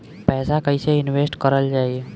पैसा कईसे इनवेस्ट करल जाई?